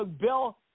Bill